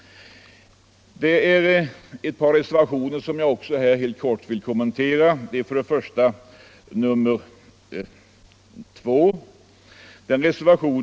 Jag vill helt kort kommentera ett par reservationer, till att börja med reservationen 2.